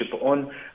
on